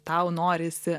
tau norisi